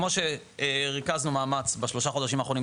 כמו שריכזנו מאמץ בשלושה חודשים האחרונים,